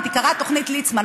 היא נקראה תוכנית ליצמן,